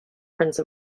prince